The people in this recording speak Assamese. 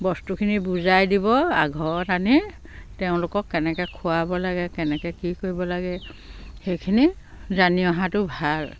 বস্তুখিনি বুজাই দিব আৰু ঘৰত আনি তেওঁলোকক কেনেকৈ খোৱাব লাগে কেনেকৈ কি কৰিব লাগে সেইখিনি জানি অহাটো ভাল